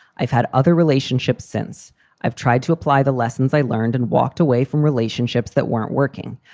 i've had other relationships since i've tried to apply the lessons i learned and walked away from relationships that weren't working.